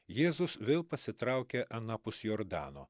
jėzus vėl pasitraukė anapus jordano